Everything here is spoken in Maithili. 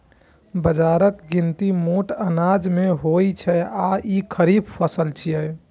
बाजराक गिनती मोट अनाज मे होइ छै आ ई खरीफ फसल छियै